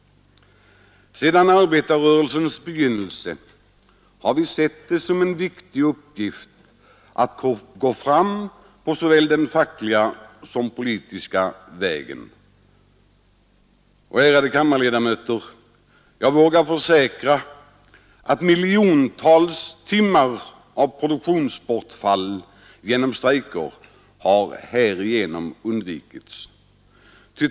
Sedan arbetarrörelsens begynnelse har vi sett det som en viktig uppgift att gå fram på såväl den fackliga som den politiska vägen. Och, ärade kammarledamöter, jag vågar försäkra att miljontals timmar av produktionsbortfall genom strejker härigenom har undvikits.